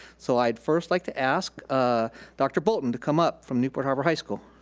so i'd first like to ask dr. boulton to come up from newport harbor high school.